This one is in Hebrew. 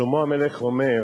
שלמה המלך אומר: